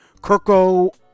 Kirko